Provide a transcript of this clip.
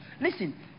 Listen